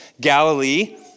Galilee